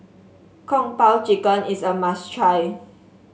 Kung Po Chicken is a must try